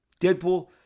Deadpool